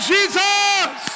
Jesus